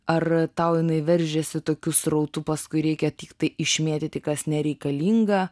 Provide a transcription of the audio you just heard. ar tau jinai veržiasi tokiu srautu paskui reikia tiktai išmėtyti kas nereikalinga